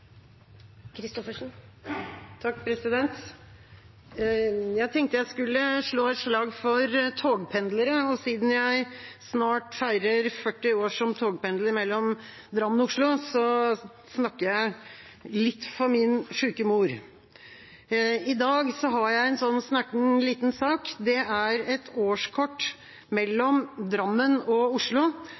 Jeg tenkte jeg skulle slå et slag for togpendlere. Siden jeg snart feirer 40 år som togpendler mellom Drammen og Oslo, snakker jeg litt for min sjuke mor. I dag har jeg en snerten, liten sak. Det er et årskort mellom Drammen og Oslo